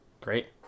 Great